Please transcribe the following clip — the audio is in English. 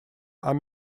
are